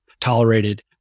Tolerated